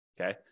Okay